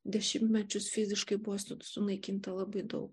dešimtmečius fiziškai buvo sunaikinta labai daug